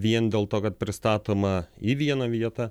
vien dėl to kad pristatoma į vieną vietą